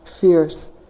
fierce